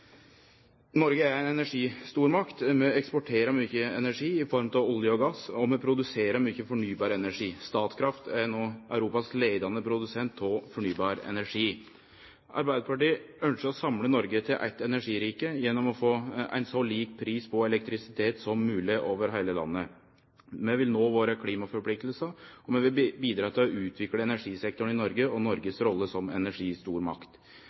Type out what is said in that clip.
Noreg er ei energistormakt. Vi eksporterer mykje energi i form av olje og gass, og vi produserer mykje fornybar energi. Statkraft er no Europas leiande produsent av fornybar energi. Arbeidarpartiet ønskjer å samle Noreg til eitt energirike gjennom å få ein så lik pris på elektrisitet som mogleg over heile landet. Vi vil nå våre klimaforpliktingar, og vi vil bidra til å utvikle energisektoren i Noreg og Noregs rolle som energistormakt.